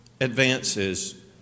advances